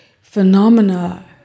phenomena